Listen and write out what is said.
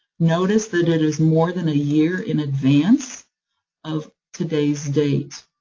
notice that it is more than a year in advance of today's date.